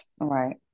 right